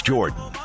Jordan